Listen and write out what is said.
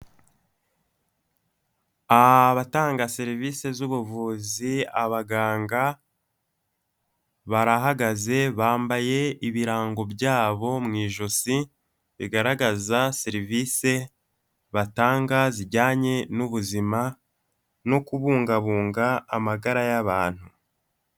Abatanga serivisi z'ubuvuzi abaganga barahagaze, bambaye ibirango byabo mu ijosi bigaragaza serivisi batanga zijyanye n'ubuzima no kubungabunga amagara y'abantu.